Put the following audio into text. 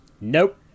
Nope